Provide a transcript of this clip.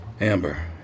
Amber